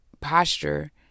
posture